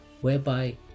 whereby